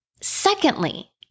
Secondly